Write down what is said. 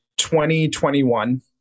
2021